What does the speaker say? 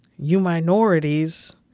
you minorities